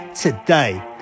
today